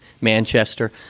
Manchester